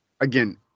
again